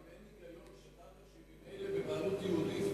האם אין היגיון שקרקע שהיא ממילא בבעלות יהודית,